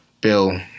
Bill